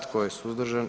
Tko je suzdržan?